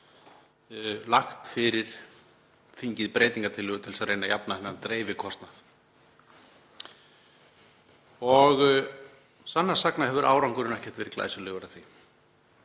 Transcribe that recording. lagt fyrir þingið breytingartillögur til þess að reyna að jafna þennan dreifikostnað og sannast sagna hefur árangurinn ekkert verið glæsilegur í því.